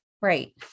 Right